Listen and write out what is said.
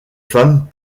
femmes